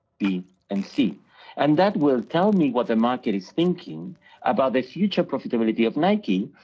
b and c and that will tell me what the market is thinking about the future profitability of nike,